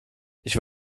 ich